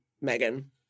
Megan